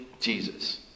Jesus